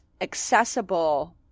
accessible